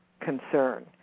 concern